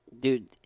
Dude